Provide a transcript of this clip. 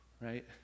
Right